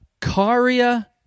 Kyria